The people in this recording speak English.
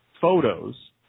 photos